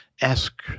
ask